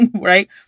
right